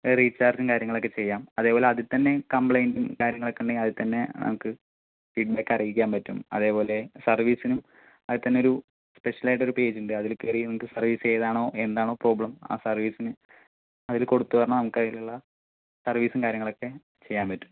റീചാർജും കാര്യങ്ങളൊക്കെ ചെയ്യാം അതേപോലെ അതിൽ തന്നെ കംപ്ലൈന്റും കാര്യങ്ങളൊക്കെ ഉണ്ടെങ്കിൽ അതിതന്നെ നമുക്ക് ഫീഡ്ബാക്ക് അറിയിക്കാൻ പറ്റും അതേപോലെ സർവീസിനും അതിതന്നെ ഒരു സ്പെഷ്യലായിട്ടൊരു പേജുണ്ട് അതില് കയറി നമുക്ക് സർവീസ് ചെയ്തതാണോ എന്താണോ പ്രോബ്ലം ആ സർവീസിന് അതില് കൊടുത്തു പറഞ്ഞാൽ നമുക്ക് അതിലുള്ള സർവീസും കാര്യങ്ങളൊക്കെ ചെയ്യാൻ പറ്റും